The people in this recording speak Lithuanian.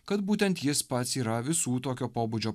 kad būtent jis pats yra visų tokio pobūdžio